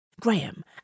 Graham